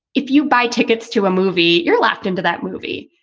if you buy tickets to a movie, you're locked into that movie.